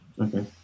Okay